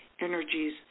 energies